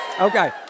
Okay